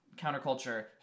counterculture